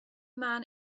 man